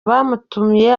abamutumiye